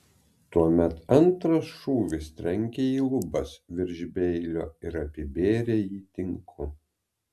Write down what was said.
tuomet antras šūvis trenkė į lubas virš beilio ir apibėrė jį tinku